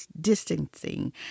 distancing